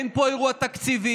אין פה אירוע תקציבי.